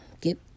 get